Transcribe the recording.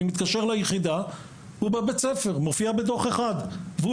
אני מתקשר ליחידה והם אומרים שבדו"ח 1 מופיע